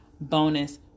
bonus